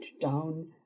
down